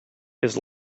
his